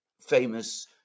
famous